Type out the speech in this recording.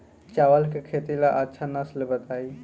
चावल के खेती ला अच्छा नस्ल बताई?